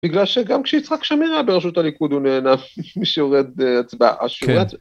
בגלל שגם כשיצחק שמיר ברשות הליכוד הוא נהנה משיעורי ההצבעה.